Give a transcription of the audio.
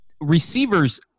receivers